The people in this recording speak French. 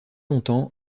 longtemps